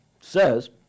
Says